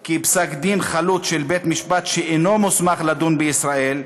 כי פסק-דין חלוט של בית-משפט שאינו מוסמך לדון בישראל,